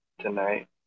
tonight